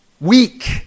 weak